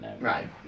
right